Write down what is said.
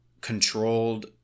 controlled